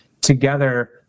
together